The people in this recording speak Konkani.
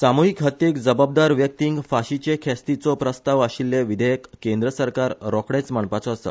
सामूहिक हत्येक जबाबदार व्यक्तींक फाशीचे ख्यास्तीचो प्रस्ताव आशिल्लें विधेयक केंद्र सरकार रोखडेच मांडपाचो आसा